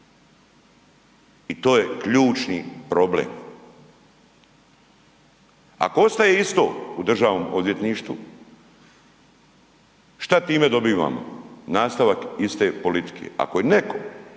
i to je ključni problem. Ako ostaje isto u Državnom odvjetništvu šta time dobivamo? Nastavak iste politike. Ako je netko